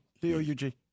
D-O-U-G